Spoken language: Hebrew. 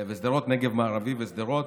הנגב המערבי ושדרות.